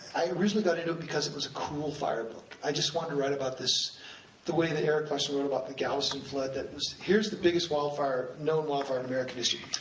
i originally got into it because it was a cool fire book. i just wanted to write about this the way that erik larson wrote about the galveston flood, that it was, here's the biggest known wildfire in american history.